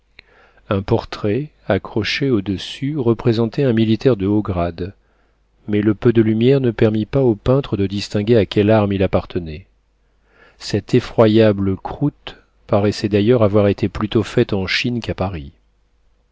un portrait accroché au-dessus représentait un militaire de haut grade mais le peu de lumière ne permit pas au peintre de distinguer à quelle arme il appartenait cette effroyable croûte paraissait d'ailleurs avoir été plutôt faite en chine qu'à paris